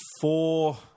four